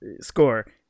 score